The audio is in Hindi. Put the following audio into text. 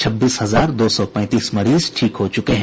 छब्बीस हजार दो सौ पैंतीस मरीज ठीक हो चुके हैं